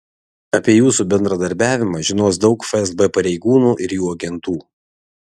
apie jūsų bendradarbiavimą žinos daug fsb pareigūnų ir jų agentų